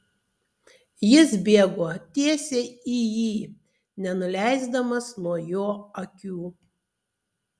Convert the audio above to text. jis bėgo tiesiai į jį nenuleisdamas nuo jo akių